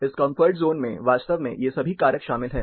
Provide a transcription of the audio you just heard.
इस comfort zone में वास्तव में ये सभी कारक शामिल हैं